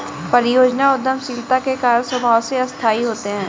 परियोजना उद्यमशीलता के कार्य स्वभाव से अस्थायी होते हैं